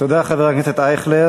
תודה, חבר הכנסת אייכלר.